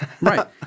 Right